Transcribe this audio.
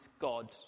God